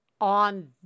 on